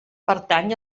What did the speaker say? pertany